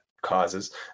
causes